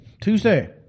Tuesday